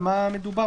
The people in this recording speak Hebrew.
במה מדובר?